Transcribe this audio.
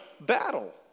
battle